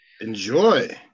Enjoy